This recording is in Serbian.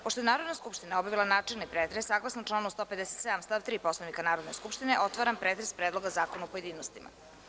Pošto je Narodna skupština obavila načelni pretres, saglasno članu 157. stav 3. Poslovnika Narodne skupštine, otvaram pretres Predloga zakona u pojedinostima.